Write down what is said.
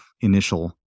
initial